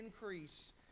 increase